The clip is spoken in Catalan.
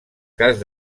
cas